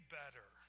better